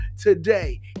today